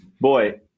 Boy